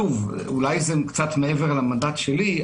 אולי זה קצת מעבר למנדט שלי,